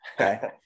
Okay